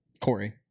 Corey